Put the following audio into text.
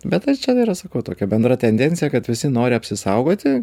bet aš čia dar sakau tokia bendra tendencija kad visi nori apsisaugoti